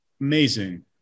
Amazing